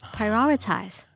Prioritize